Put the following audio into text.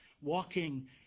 walking